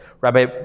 Rabbi